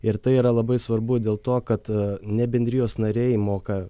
ir tai yra labai svarbu dėl to kad ne bendrijos nariai moka